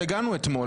כשהגענו אתמול.